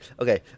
Okay